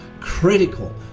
critical